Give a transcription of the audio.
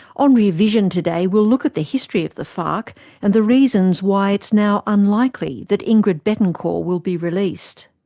on rear vision today we'll look at the history of the farc and the reasons why it's now unlikely that ingrid betancourt will be released.